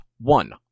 one